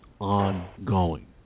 ongoing